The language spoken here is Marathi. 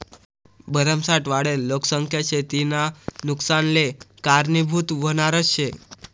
भरमसाठ वाढेल लोकसंख्या शेतीना नुकसानले कारनीभूत व्हनारज शे